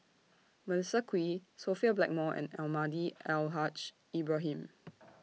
Melissa Kwee Sophia Blackmore and Almahdi Al Haj Ibrahim